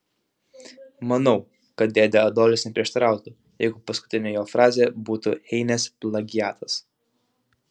manau kad dėdė adolis neprieštarautų jeigu paskutinė jo frazė būtų heinės plagiatas